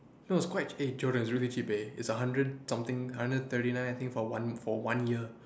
no it's quite eh Jordan it's really cheap eh it's hundred something hundred thirty nine I think for one for one year